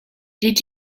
did